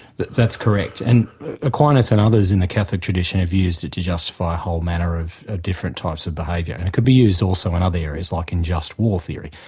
but that's correct. and aquinas and others in the catholic tradition have used it to justify a whole manner of ah different types of behaviour. and it could be used also in other areas, like in just war theory.